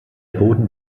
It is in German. boden